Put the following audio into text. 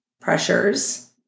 pressures